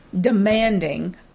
demanding